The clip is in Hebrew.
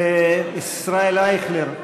ישראל אייכלר,